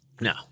No